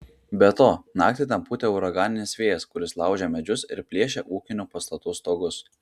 be to naktį ten pūtė uraganinis vėjas kuris laužė medžius ir plėšė ūkinių pastatų stogus